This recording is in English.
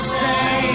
say